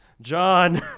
John